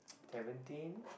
seventeen